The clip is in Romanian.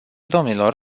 domnilor